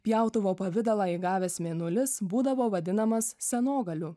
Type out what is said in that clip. pjautuvo pavidalą įgavęs mėnulis būdavo vadinamas senogaliu